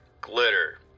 glitter